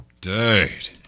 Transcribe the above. Dude